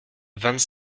vingt